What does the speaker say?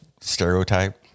stereotype